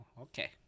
okay